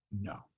No